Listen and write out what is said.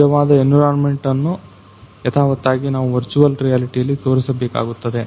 ನಿಜವಾದ ಎನ್ವಿರಾನ್ಮೆಂಟ್ ಅನ್ನು ಯಥಾವತ್ತಾಗಿ ನಾವು ವರ್ಚುವಲ್ ರಿಯಾಲಿಟಿ ನಲ್ಲಿ ತೋರಿಸಬೇಕಾಗುತ್ತದೆ